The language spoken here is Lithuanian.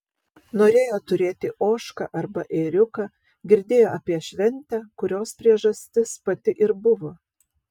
norėjo turėti ožką arba ėriuką girdėjo apie šventę kurios priežastis pati ir buvo